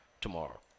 tomorrow